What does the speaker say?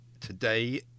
today